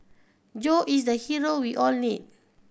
Joe is the hero we all need